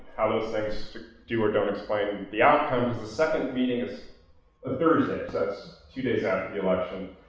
how those things do or don't explain and the outcomes. the second meeting is a thursday, so it's two days after the election.